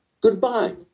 Goodbye